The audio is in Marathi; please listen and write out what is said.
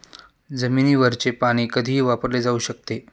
जमिनीवरचे पाणी कधीही वापरले जाऊ शकते